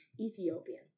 Ethiopian